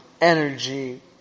energy